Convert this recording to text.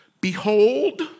Behold